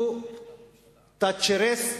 הוא תאצ'ריסט.